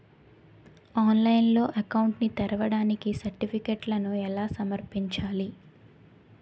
ఆన్లైన్లో అకౌంట్ ని తెరవడానికి సర్టిఫికెట్లను ఎలా సమర్పించాలి?